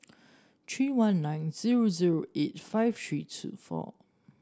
three one nine zero zero eight five three two four